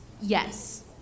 yes